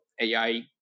AI